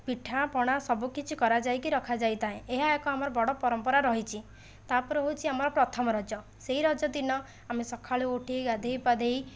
ପିଠାପଣା ସବୁ କିଛି କରାଯାଇକି ରଖାଯାଇଥାଏ ଏହା ଏକ ଆମର ବଡ଼ ପରମ୍ପରା ରହିଛି ତାପରେ ହେଉଛି ଆମର ପ୍ରଥମ ରଜ ସେଇ ରଜ ଦିନ ଆମେ ସକାଳୁ ଉଠି ଗାଧୋଇ ପାଧୋଇ